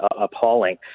appalling